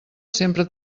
sempre